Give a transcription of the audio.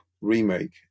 remake